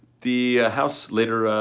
the house later